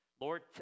Lord